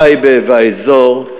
טייבה והאזור,